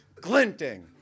glinting